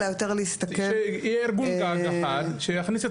אלא יותר להסתכל -- שיהיה ארגון גג אחד שיכניס את